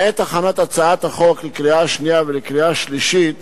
בעת הכנת הצעת החוק לקריאה שנייה ולקריאה שלישית